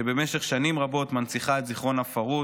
שבמשך שנים רבות מנציחה את זיכרון הפרהוד,